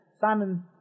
Simon